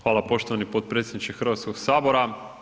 Hvala poštovani potpredsjedniče Hrvatskog sabora.